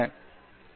பேராசிரியர் ஆர்